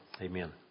Amen